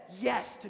yes